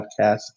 Podcast